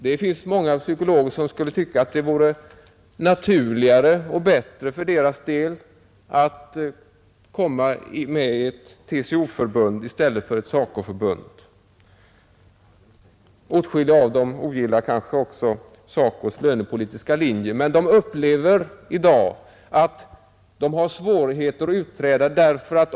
Det finns många psykologer som skulle tycka att det vore naturligare och bättre för deras del att komma med i ett TCO-förbund i stället för ett SACO-förbund. Åtskilliga av dem ogillar kanske också SACO:s lönepolitiska linje. Men de upplever i dag att de har svårigheter att utträda.